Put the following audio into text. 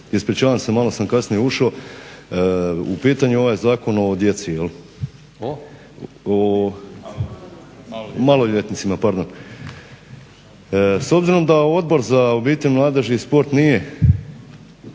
ispričavam se malo sam kasnije ušao. U pitanju je ovaj Zakon o djeci? O maloljetnicima, pardon. S obzirom da Odbor za obitelj, mladež i sport nije